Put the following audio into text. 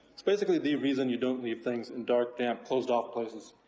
it's basically the reason you don't leave things in dark, damp, closed-off places.